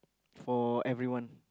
for everyone